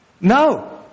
No